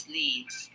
leads